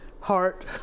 heart